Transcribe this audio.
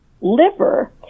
liver